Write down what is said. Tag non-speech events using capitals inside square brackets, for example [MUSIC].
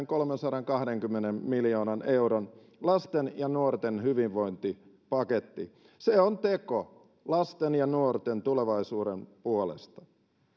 [UNINTELLIGIBLE] kolmensadankahdenkymmenen miljoonan euron lasten ja nuorten hyvinvointipaketti se on teko lasten ja nuorten tulevaisuuden puolesta